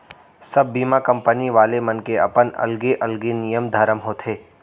सब बीमा कंपनी वाले मन के अपन अलगे अलगे नियम धरम होथे